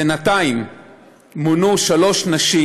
בינתיים מונו שלוש נשים